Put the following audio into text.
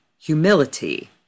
humility